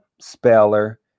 speller